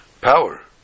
power